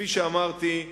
כפי שאמרתי,